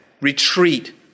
retreat